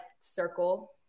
circle